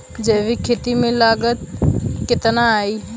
जैविक खेती में लागत कितना आई?